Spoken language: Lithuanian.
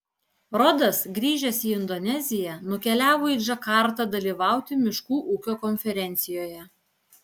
rodas grįžęs į indoneziją nukeliavo į džakartą dalyvauti miškų ūkio konferencijoje